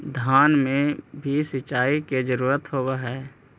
धान मे भी सिंचाई के जरूरत होब्हय?